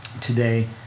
today